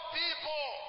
people